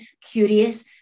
curious